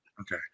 Okay